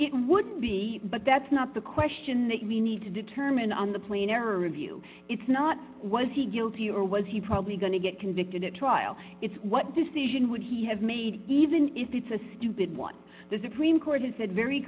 it would be but that's not the question make me need to determine on the plain error of you it's not was he guilty or was he probably going to get convicted at trial it's what decision would he have made even if it's a stupid one the supreme court has said very